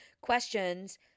questions